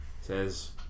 Says